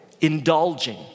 indulging